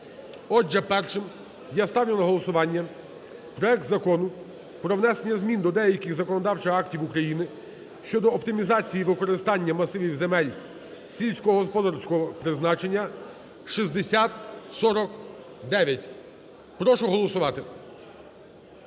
Отже, першим я ставлю на голосування проект Закону про внесення змін до деяких законодавчих актів України щодо оптимізації використання масивів земель сільськогосподарського призначення (6049). Прошу голосувати.